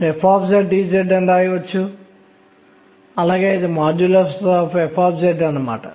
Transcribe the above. కాబట్టి నేను పరిమాణాన్ని వ్రాయడానికి ఇష్టపడతాను ఇదిR2νe కి సమానము